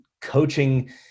coaching